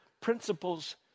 principles